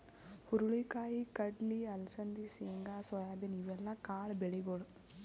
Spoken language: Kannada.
ಹುರಳಿ ಕಾಯಿ, ಕಡ್ಲಿ, ಅಲಸಂದಿ, ಶೇಂಗಾ, ಸೋಯಾಬೀನ್ ಇವೆಲ್ಲ ಕಾಳ್ ಬೆಳಿಗೊಳ್